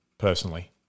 personally